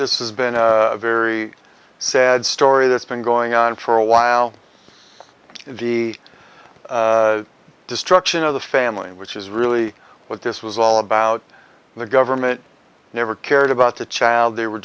this has been a very sad story that's been going on for a while the destruction of the family which is really what this was all about the government never cared about the child they were